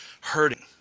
hurting